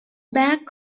back